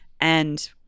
and-